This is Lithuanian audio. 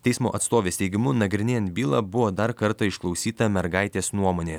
teismo atstovės teigimu nagrinėjant bylą buvo dar kartą išklausyta mergaitės nuomonė